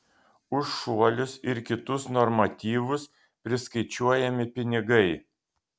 už šuolius ir kitus normatyvus priskaičiuojami pinigai